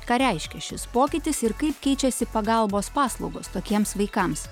ką reiškia šis pokytis ir kaip keičiasi pagalbos paslaugos tokiems vaikams